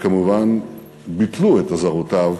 וכמובן ביטלו את אזהרותיו.